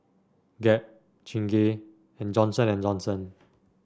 Gap Chingay and Johnson And Johnson